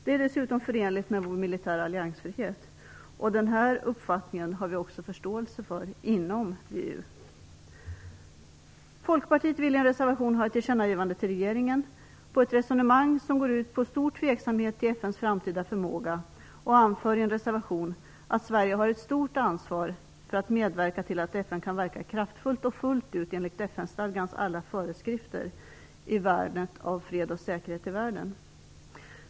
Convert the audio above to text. Det är dessutom förenligt med vår militära alliansfrihet. Denna uppfattning möts också av förståelse inom VEU. Folkpartiet vill i en reservation ha ett tillkännagivande till regeringen. Resonemanget går ut på stor tveksamhet till FN:s framtida förmåga, och man anför att Sverige har ett stort ansvar för att medverka till att FN kan verka kraftfullt och fullt ut enligt FN-stadgans alla föreskrifter i värnet av fred och säkerhet i världen.